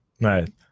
Right